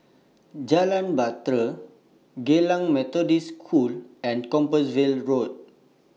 Jalan Bahtera Geylang Methodist School and Compassvale Road